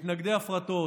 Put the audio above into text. מתנגדי הפרטות.